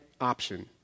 option